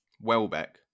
Welbeck